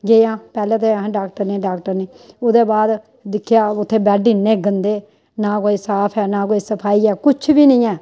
गेई हां पैह्लें ते डाॅक्टर निं डाॅक्टर निं ओह्दे बाद दिक्खेआ उत्थै बैड्ड इन्ने गंदे न कोई साफ ऐ ना कोई सफाई ऐ किश बी निं ऐ